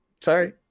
Sorry